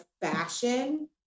fashion